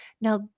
Now